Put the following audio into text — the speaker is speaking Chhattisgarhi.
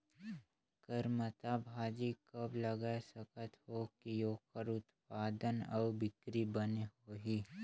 करमत्ता भाजी कब लगाय सकत हो कि ओकर उत्पादन अउ बिक्री बने होही?